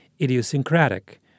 idiosyncratic